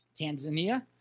Tanzania